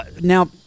now